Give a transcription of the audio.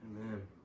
Amen